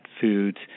foods